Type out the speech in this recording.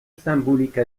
symbolique